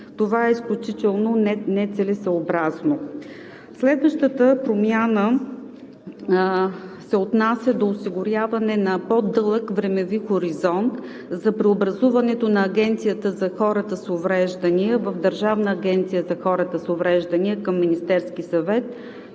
това е изключително нецелесъобразно. Следващата промяна се отнася до осигуряване на по-дълъг времеви хоризонт за преобразуването на Агенцията за хората с увреждания в Държавна агенция за хората с увреждания към Министерския съвет